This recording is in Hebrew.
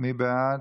מי בעד?